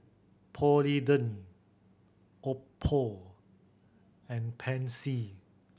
Polident Oppo and Pansy